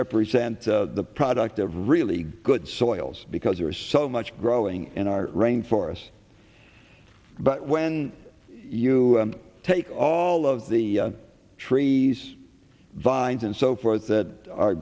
represent the product of really good soils because there is so much growing in our rainforest but when you take all of the trees vines and so forth that are